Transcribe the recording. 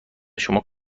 شما